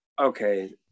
Okay